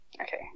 Okay